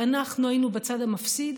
ואנחנו היינו בצד המפסיד.